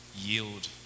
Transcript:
yield